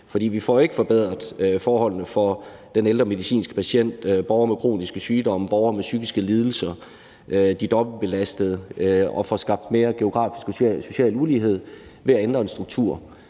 for vi får ikke forbedret forholdene for den ældre medicinske patient, borgeren med en kronisk sygdom, borgeren med en psykisk lidelse og de dobbeltbelastede og får skabt mere geografisk og social lighed ved at ændre en struktur.